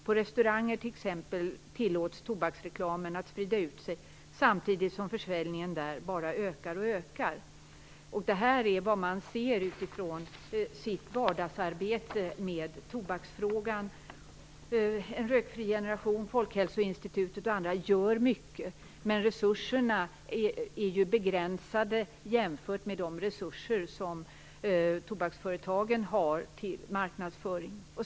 På restauranger t.ex. tillåts tobaksreklamen att sprida ut sig samtidigt som försäljningen där bara ökar och ökar." Detta är alltså vad man ser i sitt vardagsarbete med tobaksfrågan. En Rökfri Generation, Folkhälsoinstitutet och andra gör mycket, men resurserna är begränsade jämfört med de resurser som tobaksföretagen har för marknadsföring.